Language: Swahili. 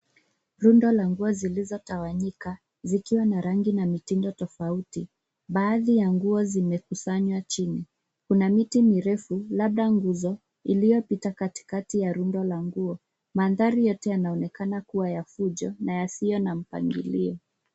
Rundo la nguo zilizotawanyika zikiwa na rangi na mitindo tofauti. Baadhi ya nguo zimekusanywa chini. Kuna miti mirefu, labda nguzo iliyopita katikati ya rundo la nguo. Mandhari yote yanaonekana kuwa ya fujo na yasiyo na mpangilio.